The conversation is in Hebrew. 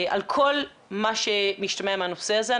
על כל מה שמשתמע מהנושא הזה.